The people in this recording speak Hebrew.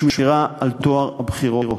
השמירה על טוהר הבחירות.